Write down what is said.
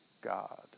God